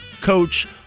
coach